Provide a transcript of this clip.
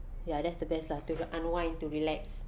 ya that's the best lah to unwind to relax